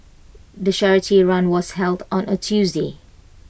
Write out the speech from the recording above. the charity run was held on A Tuesday